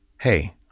Hey